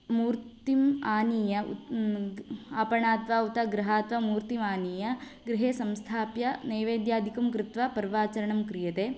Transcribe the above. मूर्तिम् आनीय आपणाद्वा उत गृहाद्वा मूर्तिमानीय गृहे संस्थाप्य नैवेद्यादिकं कृत्वा पर्वाचरणं क्रियते